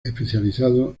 especializado